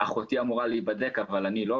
אחותי אמורה להיבדק, אבל אני לא?